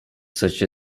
such